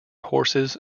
horses